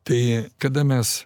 tai kada mes